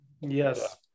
Yes